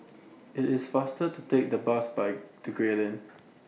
IT IS faster to Take The Bus By to Gray Lane